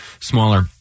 smaller